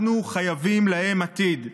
אנחנו חייבים להם עתיד,